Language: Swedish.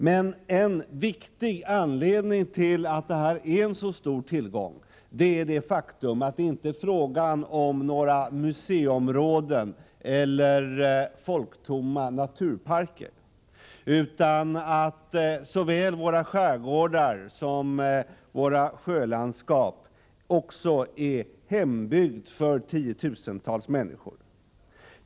Men en viktig anledning till att detta är en så stor tillgång är det faktum att det inte är fråga om några museiområden eller folktomma naturparker, utan att såväl våra skärgårdar som våra sjölandskap också är hembygd för tiotusentals människor.